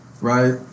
Right